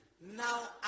now